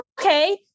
okay